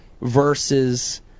versus